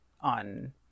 on